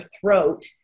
throat